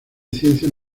ciencias